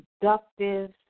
productive